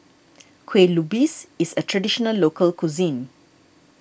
Kueh Lupis is a Traditional Local Cuisine